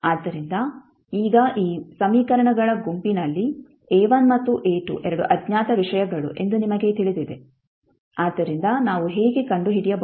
ಆದ್ದರಿಂದ ಈಗ ಈ ಸಮೀಕರಣಗಳ ಗುಂಪಿನಲ್ಲಿ A1 ಮತ್ತು A2 ಎರಡು ಅಜ್ಞಾತ ವಿಷಯಗಳು ಎಂದು ನಿಮಗೆ ತಿಳಿದಿದೆ ಆದ್ದರಿಂದ ನಾವು ಹೇಗೆ ಕಂಡುಹಿಡಿಯಬಹುದು